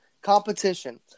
competition